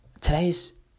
Today's